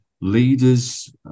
leaders